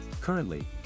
Currently